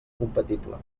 compatible